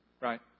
right